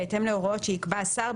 בהתאם להוראות שיקבע השר,